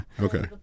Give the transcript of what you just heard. Okay